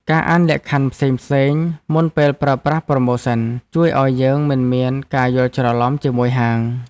ការអានលក្ខខណ្ឌផ្សេងៗមុនពេលប្រើប្រាស់ប្រូម៉ូសិន ជួយឱ្យយើងមិនមានការយល់ច្រឡំជាមួយហាង។